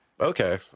okay